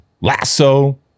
Lasso